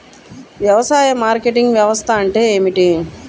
వ్యవసాయ మార్కెటింగ్ వ్యవస్థ అంటే ఏమిటి?